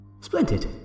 Splendid